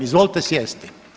Izvolite sjesti.